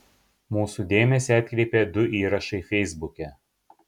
mūsų dėmesį atkreipė du įrašai feisbuke